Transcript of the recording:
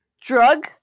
Drug